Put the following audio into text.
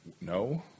No